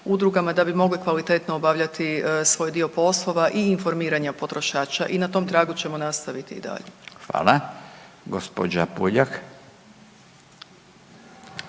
da bi mogle kvalitetno obavljati svoj dio poslova i informiranja potrošača i na tom tragu ćemo nastaviti i dalje. **Radin, Furio